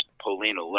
Paulina